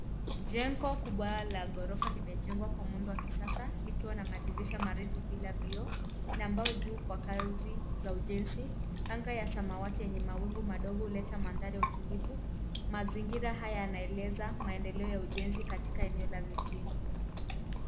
Jengo kubwa la gorofa limejengwa kwa muundo wa kisasa likiwa na madirisha marefu bila vioo na mbao juu kwa kazi za ujenzi. Anga ya samawati yenye mawingu madogo huleta madhari ya utulivu. Mazingira haya yanaeleza maendeleo ya ujenzi katika eneo la mjini.